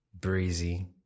breezy